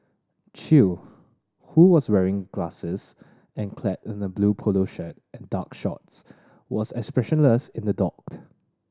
Chew who was wearing glasses and clad in a blue polo shirt and dark shorts was expressionless in the dock